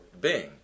Bing